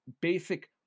basic